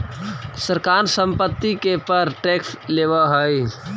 सरकार संपत्ति के पर टैक्स लेवऽ हई